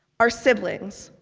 our siblings,